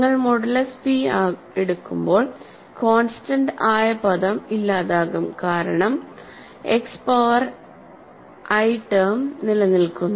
നിങ്ങൾ modulus p എടുക്കോമ്പോൾ constant ആയ പദം ഇല്ലാതാകും കാരണം എക്സ് പവർ ഐ ടേം നിലനിൽക്കുന്നു